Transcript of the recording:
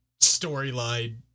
storyline